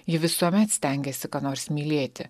ji visuomet stengiasi ką nors mylėti